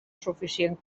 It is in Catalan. suficient